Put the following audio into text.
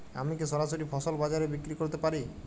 আমি কি সরাসরি ফসল বাজারে বিক্রি করতে পারি?